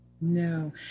No